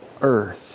earth